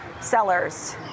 sellers